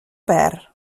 perd